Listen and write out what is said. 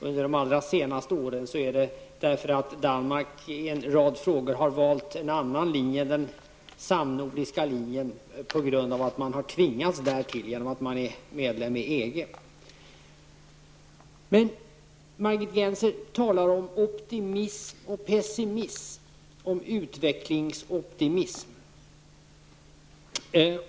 under de allra senaste åren är det att Danmark i en rad frågor har valt en annan linje än den samnordiska linjen på grund av att man tvingats till det genom sitt medlemskap i EG. Margit Gennser talar om optimism och pessimism, om utvecklingsoptimism.